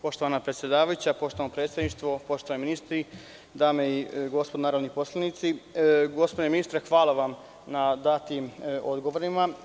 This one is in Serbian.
Poštovana predsedavajuća, poštovano predsedništvo, poštovani ministri, dame i gospodo narodni poslanici, gospodine ministre, hvala vam na datim odgovorima.